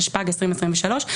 התשפ"ג-2023".